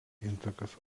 intakas